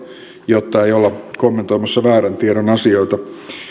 jotta ei olla kommentoimassa väärän tiedon asioita